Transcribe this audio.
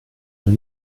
ein